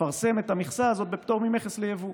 לפרסם את המכסה הזו בפטור ממכס ליבוא.